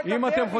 ומצד אחד,